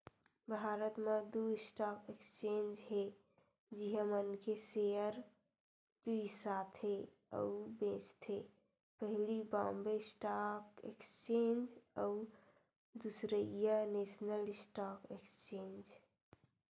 भारत म दू stock exchange हे जिहाँ मनखे सेयर बिसाथे अउ बेंचथे पहिली बॉम्बे स्टॉक एक्सचेंज अउ दूसरइया नेसनल स्टॉक एक्सचेंज